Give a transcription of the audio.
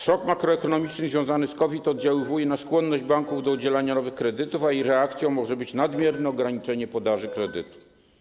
Szok makroekonomiczny związany z COVID oddziałuje na skłonność banków do udzielania nowych kredytów, a jej reakcją może być nadmierne ograniczenie podaży kredytów.